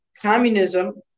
communism